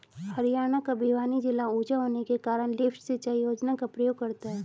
हरियाणा का भिवानी जिला ऊंचा होने के कारण लिफ्ट सिंचाई योजना का प्रयोग करता है